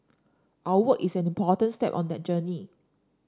our work is an important step on that journey